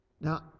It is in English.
Now